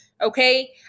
Okay